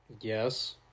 yes